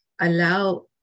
allow